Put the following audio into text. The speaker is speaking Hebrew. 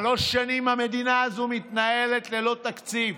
שלוש שנים המדינה הזו מתנהלת ללא תקציב,